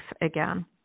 again